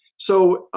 so,